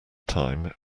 time